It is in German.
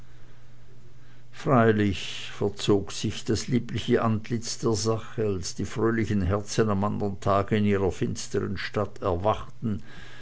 freilich verzog sich das liebliche antlitz der sache als die fröhlichen herren am andern tage in ihrer finsteren stadt erwachten